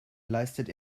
leistet